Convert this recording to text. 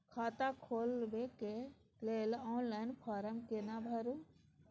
खाता खोलबेके लेल ऑनलाइन फारम केना भरु?